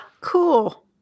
cool